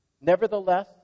Nevertheless